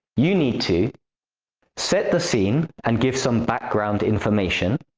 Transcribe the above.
you need to set the scene and give some background information.